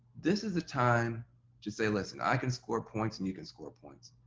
this is a time to say, listen i can score points and you can score points.